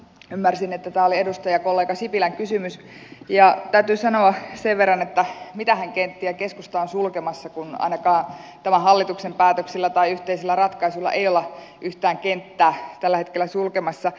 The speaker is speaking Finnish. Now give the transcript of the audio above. ymmärsin että tämä oli edustajakollega sipilän kysymys ja täytyy sanoa sen verran että mitähän kenttiä keskusta on sulkemassa kun ainakaan tämän hallituksen päätöksillä tai yhteisillä ratkaisuilla ei olla yhtään kenttää tällä hetkellä sulkemassa